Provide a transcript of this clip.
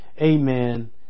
Amen